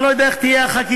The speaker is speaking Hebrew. אני לא יודע איך תהיה החקיקה,